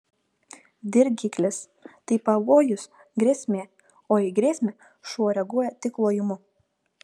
dirgiklis tai pavojus grėsmė o į grėsmę šuo reaguoja tik lojimu